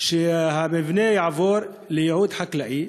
שהמבנה יעבור לייעוד חקלאי,